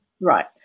Right